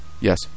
yes